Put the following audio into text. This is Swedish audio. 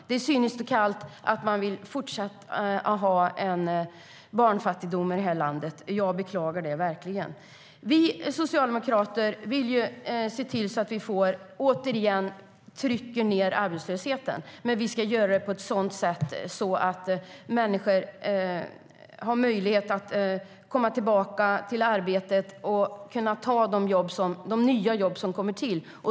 Det är cyniskt och kallt att man vill ha en fortsatt barnfattigdom i det här landet. Jag beklagar det verkligen. Vi socialdemokrater vill se till att vi återigen kan pressa ned arbetslösheten. Men vi ska genomföra det på ett sådant sätt att människor har möjlighet att komma tillbaka till arbetet eller ta de nya jobb som kommer till.